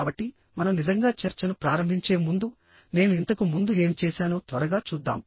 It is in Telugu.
కాబట్టిమనం నిజంగా చర్చను ప్రారంభించే ముందునేను ఇంతకు ముందు ఏమి చేశానో త్వరగా చూద్దాం